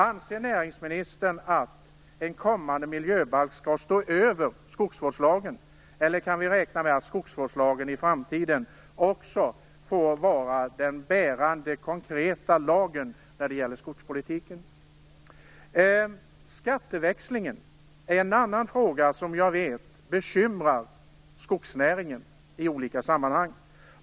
Anser näringsministern att en kommande miljöbalk skall stå över skogsvårdslagen, eller kan vi räkna med att skogsvårdslagen också i framtiden får vara den bärande konkreta lagen inom skogspolitiken? Skatteväxlingen är en annan fråga som jag vet bekymrar skogsnäringen i olika sammanhang.